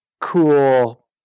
cool